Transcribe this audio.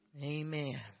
amen